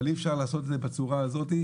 אבל אי אפשר לעשות את זה בצורה הנוכחית.